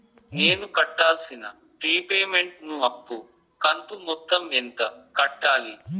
నేను కట్టాల్సిన రీపేమెంట్ ను అప్పు కంతు మొత్తం ఎంత కట్టాలి?